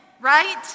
Right